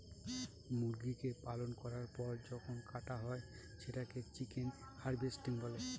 মুরগিকে পালন করার পর যখন কাটা হয় সেটাকে চিকেন হার্ভেস্টিং বলে